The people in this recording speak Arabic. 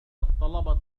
الطلبة